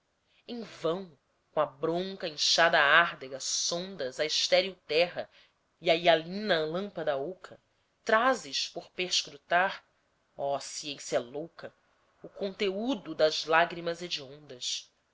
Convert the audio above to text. em vão com a bronca enxada árdega sondas a estéril terra e a hialina lâmpada oca trazes por perscrutar oh ciência louca o conteúdo das lágrimas hediondas